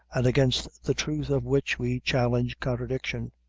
and against the truth of which we challenge contradiction.